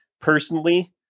Personally